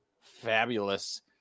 Fabulous